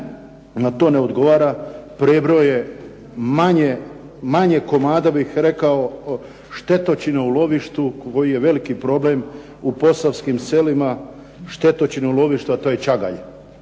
to ne odgovara prebroje manje komada bih rekao štetočina u lovištu koji je veliki problem u posavskim selima, štetočine u lovištu a to je čagalj.